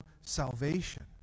salvation